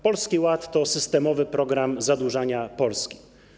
Polski Ład to systemowy program zadłużania Polski.